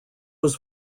was